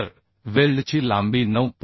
तर वेल्डची लांबी 9